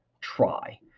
try